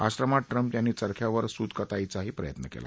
आश्रमात ट्रम्प यांनी चरख्यावर सूत कताईचाही प्रयत्न केला